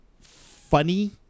funny